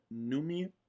Numi